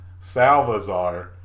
Salvazar